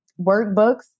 workbooks